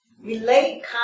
relate